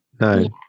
No